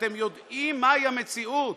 ואתם יודעים מהי המציאות,